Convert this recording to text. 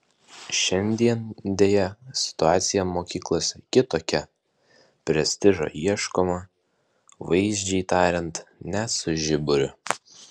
šiandien deja situacija mokyklose kitokia prestižo ieškoma vaizdžiai tariant net su žiburiu